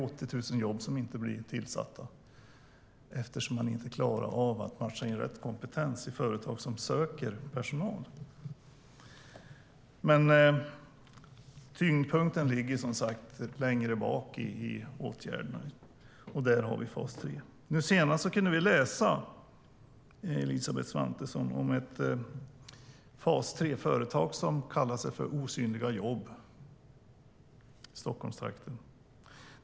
80 000 jobb blir inte tillsatta eftersom det inte är möjligt att matcha in rätt kompetens i företag som söker personal. Tyngdpunkten ligger längre bak i åtgärderna. Där finns fas 3. Senast kunde vi läsa, Elisabeth Svantesson, om ett fas 3-företag i Stockholmstrakten som kallar sig Osynliga jobb.